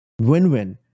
Win-win